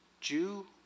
Jew